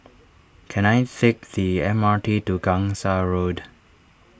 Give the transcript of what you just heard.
can I fake the M R T to Gangsa Road